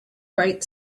bright